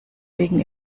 wegen